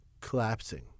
collapsing